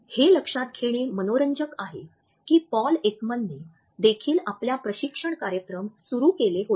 हे लक्षात घेणे मनोरंजक आहे की पॉल एकमॅनने देखील आपले प्रशिक्षण कार्यक्रम सुरू केले होते